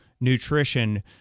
nutrition